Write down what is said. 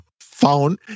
phone